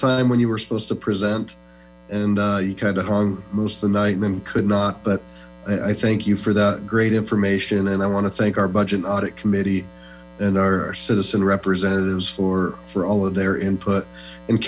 time when you were supposed to present and you kind of hung most of the night and could not but i thank you for that great information and i want to thank our budget audit committee and our citizen representatives for for all of their input